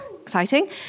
exciting